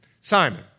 Simon